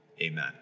Amen